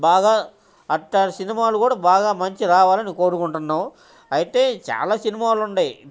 బాగా అలాంటి సినిమాలు కూడా బాగా మంచి రావాలని కోరుకుంటున్నాము అయితే చాలా సినిమాలు ఉన్నాయి